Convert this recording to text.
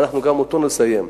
ואנחנו גם אותו נסיים,